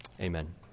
amen